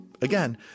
Again